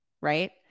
right